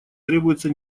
требуются